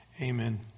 Amen